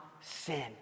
sin